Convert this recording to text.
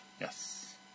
Yes